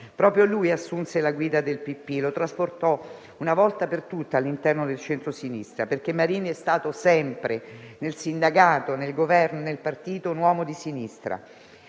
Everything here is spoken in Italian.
Proprio lui assunse la guida del PPI e lo trasportò una volta per tutte all'interno del centrosinistra. Marini infatti è stato sempre nel sindacato, nel Governo e nel partito un uomo di sinistra,